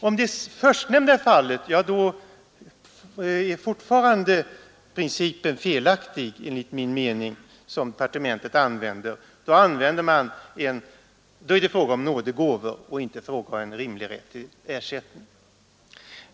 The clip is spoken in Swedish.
Om det förstnämnda är fallet, då är den princip som departementet har fortfarande felaktig enligt min mening. Då är det fråga om nådegåvor och inte om rätt till rimlig ersättning.